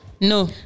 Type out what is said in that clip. no